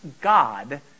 God